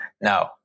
No